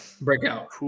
Breakout